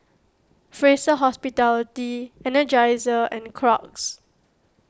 Fraser Hospitality Energizer and Crocs